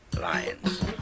lions